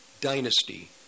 dynasty